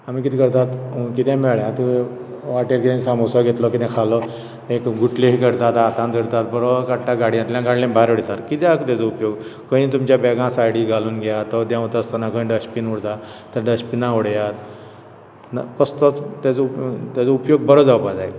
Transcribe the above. आमी कितें करतात कितेंय मेळल्यार आतां तुयें वाटेर कितें सामोसा घेतलो कितेंय खालो एक गुटलेंत धरतात हातांत धरतात बरो गाडयेंतल्या गाडये भायर उडयतात कित्याक तेजो उपयोग खंय तुमच्या बॅगा सायडी घालून घेया खंय देंवतासतना खंय डस्टबीन उरता ते डस्टबिनांत उडयात तसोच तेजो उपयोग तेजो उपयोग बरो जावपाक जाय